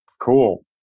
Cool